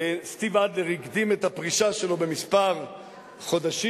סטיב אדלר הקדים את הפרישה שלו במספר חודשים